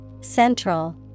Central